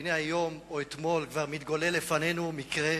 והנה היום או אתמול כבר מתגולל לפנינו מקרה